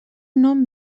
nom